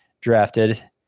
drafted